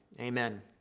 Amen